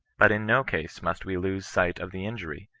but in no case must we lose sight of the inquiry,